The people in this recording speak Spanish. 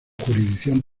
jurisdicción